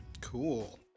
Cool